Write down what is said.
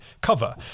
cover